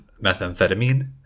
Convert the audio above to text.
methamphetamine